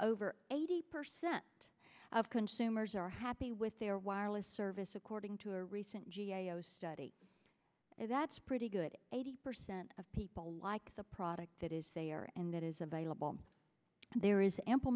over eighty percent of consumers are happy with their wireless service according to a recent g a o study that's pretty good eighty percent of people like the product that is there and that is available and there is ample